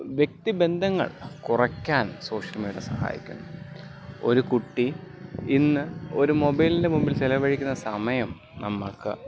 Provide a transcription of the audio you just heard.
വ്യക്തി ബന്ധങ്ങൾ കുറക്കാൻ സോഷ്യൽ മീഡിയ സഹായിക്കുന്നു ഒരു കുട്ടി ഇന്ന് ഒരു മൊബൈലിൻ്റെ മുമ്പിൽ ചിലവഴിക്കുന്ന സമയം നമുക്ക്